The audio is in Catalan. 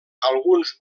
alguns